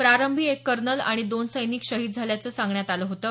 प्रारंभी एक कर्नल आणि दोन सैनिक शहीद झाल्याचं सांगण्यात आलं होतं